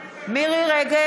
אלכס קושניר, אינו נוכח יואב קיש,